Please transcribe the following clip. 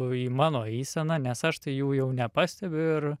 į mano eiseną nes aš tai jų jau nepastebiu ir